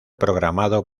programado